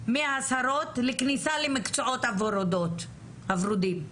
מהשרות לכניסה למקצועות הוורודים,